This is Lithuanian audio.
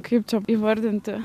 kaip čia įvardinti